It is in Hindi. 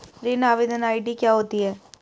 ऋण आवेदन आई.डी क्या होती है?